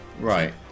Right